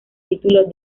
título